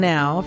Now